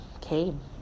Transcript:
came